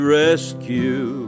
rescue